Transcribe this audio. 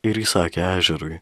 ir įsakė ežerui